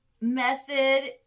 method